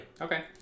Okay